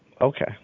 Okay